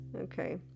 okay